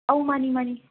ꯑꯧ ꯃꯥꯅꯤ ꯃꯥꯅꯤ